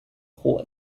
火箭